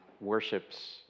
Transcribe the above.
worships